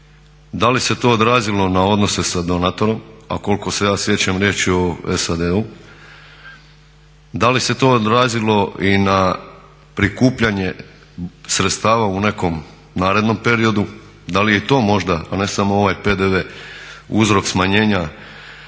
da li se to odrazilo na odnose sa donatorom, a koliko se ja sjećam riječ je o SAD-u. Da li se to odrazilo i na prikupljanje sredstava u nekom narednom periodu, da li je i to možda, a ne samo ovaj PDV uzrok smanjenja